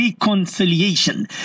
reconciliation